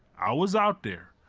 i was out there,